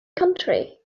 country